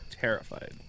terrified